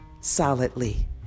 solidly